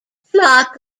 flock